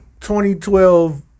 2012